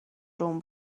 روم